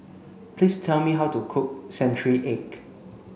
please tell me how to cook century egg